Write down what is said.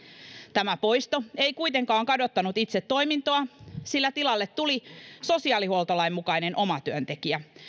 tämä poisto ei kuitenkaan kadottanut itse toimintoa sillä tilalle tuli sosiaalihuoltolain mukainen omatyöntekijä